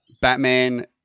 Batman